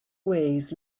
ways